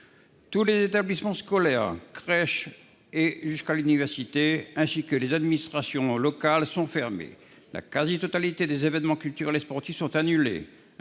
Tous les établissements scolaires, des crèches à l'université, ainsi que les administrations locales sont fermées. La quasi-totalité des événements culturels et sportifs sont annulés.